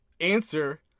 answer